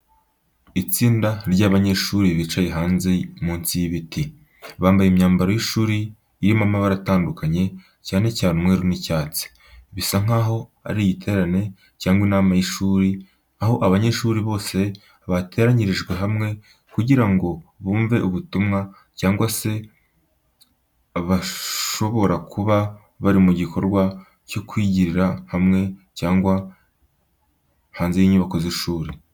Itsinda rinini ry’abanyeshuri bicaye hanze munsi y’ibiti. Bambaye imyambaro y’ishuri irimo amabara atandukanye cyane cyane umweru n’icyatsi. Bisa nkaho ari igiterane cyangwa inama y’ishuri, aho abanyeshuri bose bateranyirijwe hamwe kugira ngo bumve ubutumwa, cyangwa se bashobora kuba bari mu gikorwa cyo kwigira hamwe hanze y’inyubako z’ishuri.